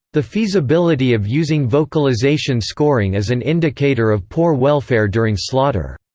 the feasibility of using vocalization scoring as an indicator of poor welfare during slaughter,